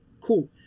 Cool